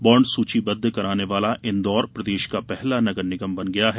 bond सूचीबद्ध कराने वाला इंदौर प्रदेश का पहला नगर निगम बन गया है